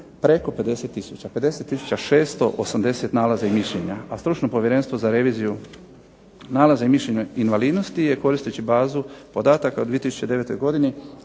preko 50 tisuća, 50 tisuća 680 nalaza i mišljenja, a stručno povjerenstvo za reviziju nalaza i mišljenja invalidnosti je koristeći bazu podataka u 2009. godini